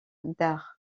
d’art